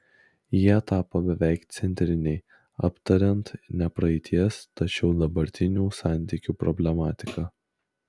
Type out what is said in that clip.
jie tapo beveik centriniai aptariant ne praeities tačiau dabartinių santykių problematiką